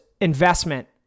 investment